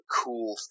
cool